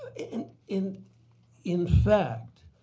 and, in in fact,